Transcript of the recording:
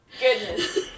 Goodness